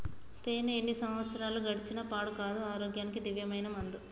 తేనే ఎన్ని సంవత్సరాలు గడిచిన పాడు కాదు, ఆరోగ్యానికి దివ్యమైన మందు